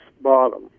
bottom